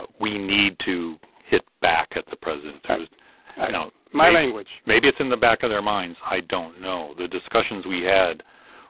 but we need to hit back at the president. there was no my language maybe it's in the back of their minds, i don't know. the discussions we had